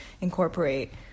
incorporate